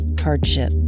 hardship